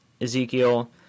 Ezekiel